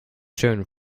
shown